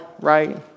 right